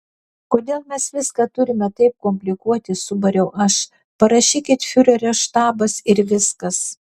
kodėl mes viską turime taip komplikuoti subariau aš parašykit fiurerio štabas ir viskas